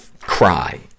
cry